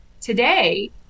today